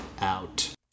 out